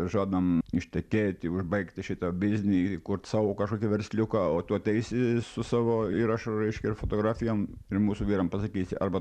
žadam ištekėti užbaigti šitą biznį įkurt savo kažkokį versliuką o tu ateisi su savo įrašu reiškia ir fotografijom ir mūsų vyram pasakysi arba